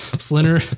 slender